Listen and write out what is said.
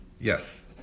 Yes